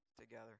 together